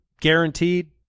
guaranteed